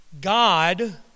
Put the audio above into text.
God